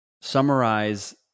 summarize